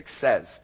says